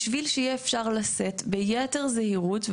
בשביל שיהיה אפשר לשאת ביתר זהירות,